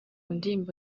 ndirimbo